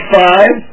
five